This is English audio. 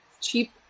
cheap